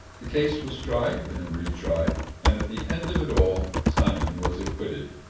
the case was tried, and re-tried, and at the end of it all simon was acquitted,